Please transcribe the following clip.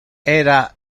era